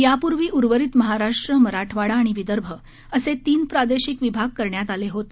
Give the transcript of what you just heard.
यापूर्वी उर्वरित महाराष्ट्र मराठवाडा आणि विदर्भ असे तीन प्रादेशिक विभाग करण्यात आले होते